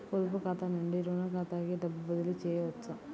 పొదుపు ఖాతా నుండీ, రుణ ఖాతాకి డబ్బు బదిలీ చేయవచ్చా?